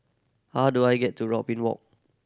how do I get to Robin Walk